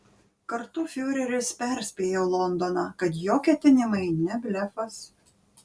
kartu fiureris perspėjo londoną kad jo ketinimai ne blefas